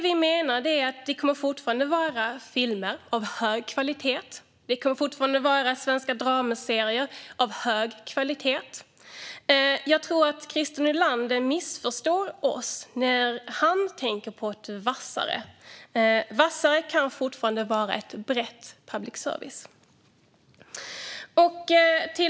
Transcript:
Vi menar att det fortfarande kommer att handla om filmer och svenska dramaserier av hög kvalitet. Jag tror att Christer Nylander missförstår oss när han tänker på en vassare public service. En vassare public service kan fortfarande vara bred.